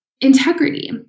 integrity